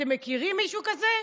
אתם מכירים מישהו כזה?